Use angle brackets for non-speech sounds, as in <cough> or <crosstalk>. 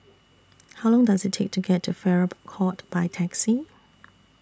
<noise> How Long Does IT Take to get to Farrer Court By Taxi